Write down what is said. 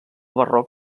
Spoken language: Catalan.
barroc